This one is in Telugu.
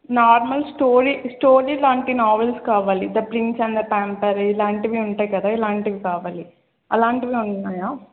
నార్మల్ స్టోరీ స్టోరీ లాంటి నవెల్స్ కావాలి the prince and the pauper ఇలాంటివి ఉంటాయి కదా ఇలాంటివి కావాలి అలాంటివి ఉన్నాయా